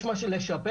יש משהו לשפר?